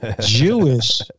Jewish